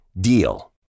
DEAL